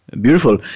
beautiful